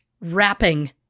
wrapping